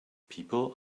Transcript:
people